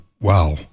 wow